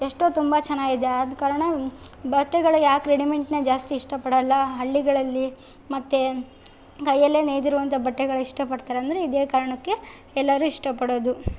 ಎಷ್ಟೋ ತುಂಬ ಚೆನ್ನಾಗಿದೆ ಆದ ಕಾರಣ ಬಟ್ಟೆಗಳು ಯಾಕೆ ರೆಡಿಮೇಡ್ನೇ ಜಾಸ್ತಿ ಇಷ್ಟಪಡೋಲ್ಲ ಹಳ್ಳಿಗಳಲ್ಲಿ ಮತ್ತೆ ಕೈಯಲ್ಲೆ ನೇಯ್ದಿರುವಂಥ ಬಟ್ಟೆಗಳು ಇಷ್ಟಪಡ್ತಾರ್ ಅಂದರೆ ಇದೇ ಕಾರಣಕ್ಕೆ ಎಲ್ಲರೂ ಇಷ್ಟಪಡೋದು